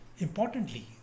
Importantly